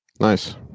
Nice